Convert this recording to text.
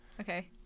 Okay